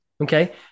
Okay